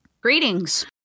greetings